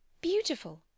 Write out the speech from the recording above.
beautiful